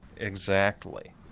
exactly.